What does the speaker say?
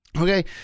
Okay